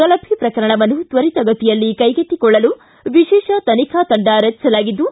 ಗಲಭೆ ಪ್ರಕರಣವನ್ನು ತ್ವರಿತಗತಿಯಲ್ಲಿ ಕೈಗೆತ್ತಿಕೊಳ್ಳಲು ವಿಶೇಷ ತನಿಖಾ ತಂಡ ರಚಿಸಲಾಗಿದ್ದು